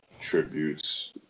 tributes